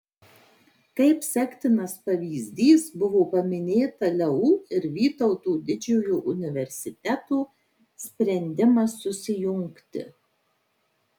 kaip sektinas pavyzdys buvo paminėtas leu ir vytauto didžiojo universiteto sprendimas susijungti